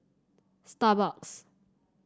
Starbucks